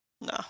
No